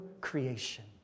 creation